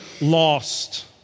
lost